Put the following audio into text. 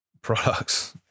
products